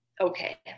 okay